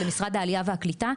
למשרד העלייה והקליטה.